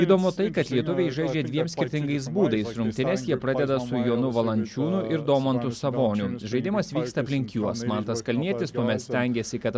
įdomu tai kad lietuviai žaidžia dviem skirtingais būdais rungtynes jie pradeda su jonu valančiūnu ir domantu saboniu žaidimas vyksta aplink juos mantas kalnietis tuomet stengiasi kad